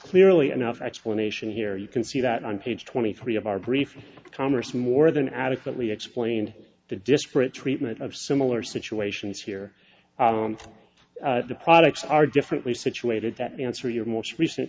clearly enough explanation here you can see that on page twenty three of our brief commerce more than adequately explained the disparate treatment of similar situations here the products are differently situated that answer your most recent